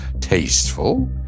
tasteful